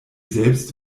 selbst